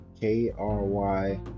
K-R-Y